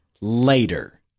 later